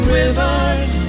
rivers